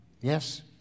Yes